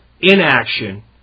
inaction